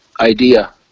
idea